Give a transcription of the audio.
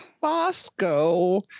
bosco